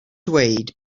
dweud